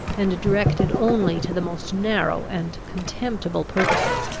and directed only to the most narrow and contemptible purposes.